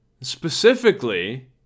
Specifically